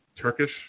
Turkish